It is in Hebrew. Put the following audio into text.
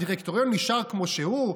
הדירקטוריון נשאר כמו שהוא?